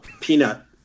Peanut